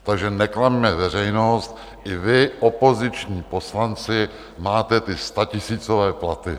Takže neklamme veřejnost, i vy, opoziční poslanci, máte ty statisícové platy.